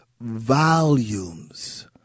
volumes